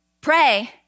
pray